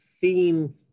theme